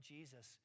Jesus